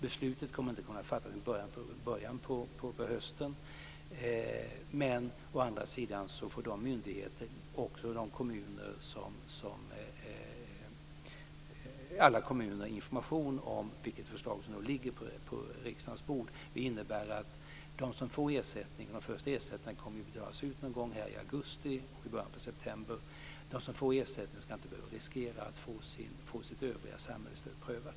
Beslutet kommer inte att kunna fattas förrän i början av hösten, men å andra sidan får myndigheterna och alla kommuner information om vilket förslag som ligger på riksdagens bord. Det innebär att de som får ersättning, och de första ersättningarna kommer ju att betalas ut någon gång i augusti och början av september, inte skall behöva riskera att få sitt övriga samhällsstöd prövat.